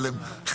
אבל הם חברה,